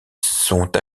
sont